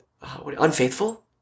unfaithful